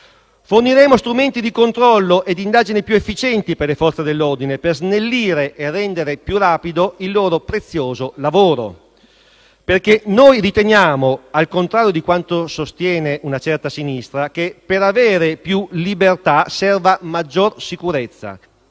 Forniremo strumenti di controllo e di indagine più efficienti per le Forze dell'ordine per snellire e rendere più rapido il loro prezioso lavoro, perché noi riteniamo, al contrario di quanto sostiene una certa sinistra, che per avere più libertà serva maggiore sicurezza.